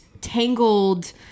tangled